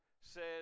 says